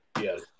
Yes